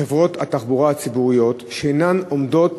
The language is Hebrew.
חברות התחבורה הציבוריות שאינן עומדות